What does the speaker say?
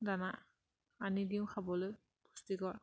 দানা আনি দিওঁ খাবলৈ পুষ্টিকৰ